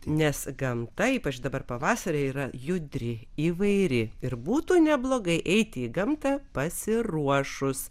nes gamta ypač dabar pavasarį yra judri įvairi ir būtų neblogai eiti į gamtą pasiruošus